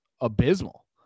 abysmal